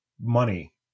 money